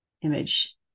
image